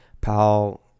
Pal